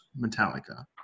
Metallica